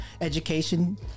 education